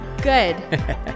Good